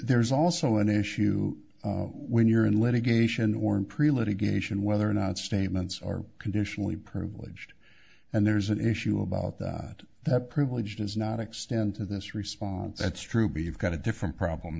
there's also an issue when you're in litigation or in pre litigation whether or not statements are conditionally privileged and there's an issue about what that privilege does not extend to this response that's true b you've got a different problem